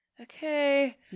okay